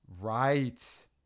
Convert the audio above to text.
Right